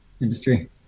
industry